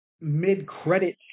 mid-credit